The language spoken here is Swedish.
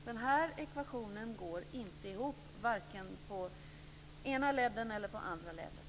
Den här ekvationen går inte ihop, varken på den ena ledden eller på den andra ledden.